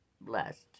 blessed